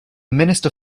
minister